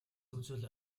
үзвэл